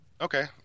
okay